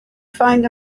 find